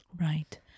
Right